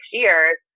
years